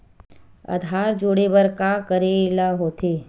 आधार जोड़े बर का करे ला होथे?